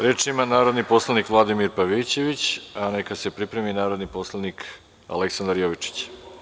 Reč ima narodni poslanik Vladimir Pavićević, a neka se pripremi narodni poslanik Aleksandar Jovičić.